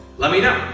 let me know.